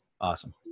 awesome